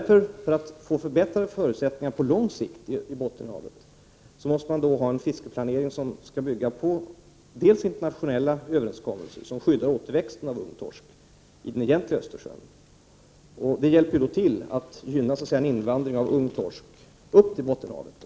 För att få förbättrade förutsättningar på lång sikt i Bottenhavet måste man därför ha en fiskeplanering som skall bygga på internationella överenskommelser, som skyddar återväxten av ung torsk i den egentliga Östersjön. Det hjälper ju då till att gynna en invandring av ung torsk upp i Bottenhavet.